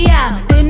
out